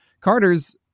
Carter's